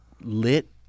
lit